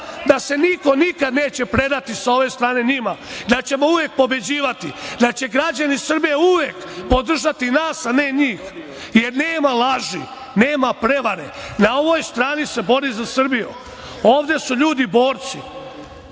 da se niko nikada neće predati sa ove strane njima, da ćemo uvek pobeđivati, da će građani Srbije uvek podržati nas, a ne njih, jer nema laži, nema prevare. Na ovoj strani se bori za Srbiju. Ovde su ljudi borci